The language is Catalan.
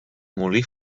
molí